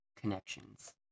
connections